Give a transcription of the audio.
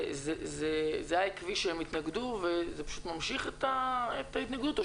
זה היה עקבי שהם התנגדו וההתנגדות ממשיכה או